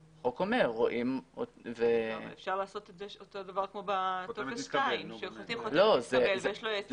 אפשר לעשות את זה אותו הדבר כמו בטופס 2. חותמים התקבל ויש לו העתק.